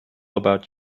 about